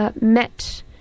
met